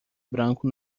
branco